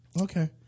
Okay